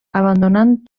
abandonant